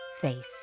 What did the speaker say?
face